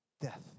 death